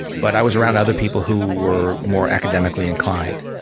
but i was around other people who were more academically inclined.